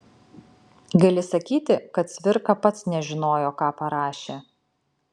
gali sakyti kad cvirka pats nežinojo ką parašė